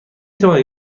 توانید